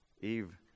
Eve